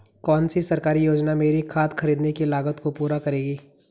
कौन सी सरकारी योजना मेरी खाद खरीदने की लागत को पूरा करेगी?